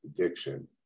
addiction